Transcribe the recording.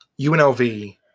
UNLV